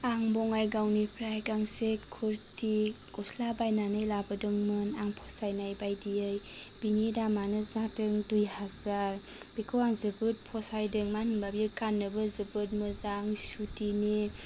आं बङाइगावनिफ्राय गांसे कुर्ति गसला बायनानै लाबोदोंमोन आं फसायनायबायदियै बेनि दामानो जादों दुइ हाजार बेखौ आं जोबोद फसायदों मान होनबा बेयो गाननोबो जोबोद मोजां सुतिनि